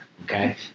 Okay